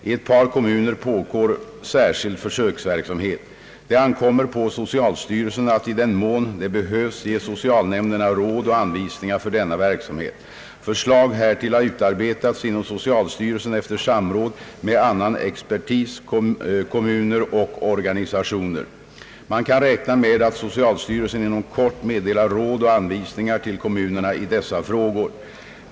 I ett par kommuner pågår särskild försöksverksamhet. Det ankommer på socialstyrelsen att i den mån det behövs ge socialnämnderna råd och anvisningar för denna verksamhet. Förslag härtill har utarbetats inom socialstyrelsen efter samråd med annan expertis, kommuner och organisationer. Man kan räkna med att socialstyrelsen inom kort meddelar råd och anvisningar till kommunerna i dessa frågor.